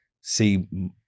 see